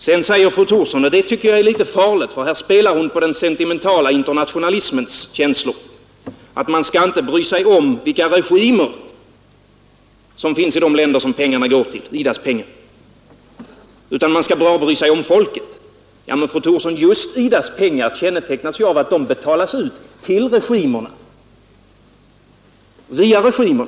Sedan säger fru Thorsson — och det tycker jag är litet farligt, för här spelar hon på den sentimentala internationalismens känslor — att man skall inte bry sig om vilka regimer som finns i de länder som IDA :s pengar går till, utan man skall bara bry sig om folket. Men, fru Thorsson, just IDA:s pengar kännetecknas ju av att de betalas ut till regimerna, via regimer.